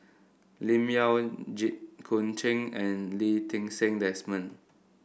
Lim Yau Jit Koon Ch'ng and Lee Ti Seng Desmond